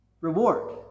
reward